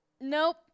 nope